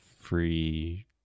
free